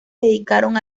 dedicaron